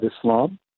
Islam